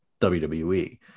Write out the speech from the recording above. wwe